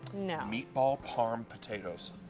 meatball parm potatoes.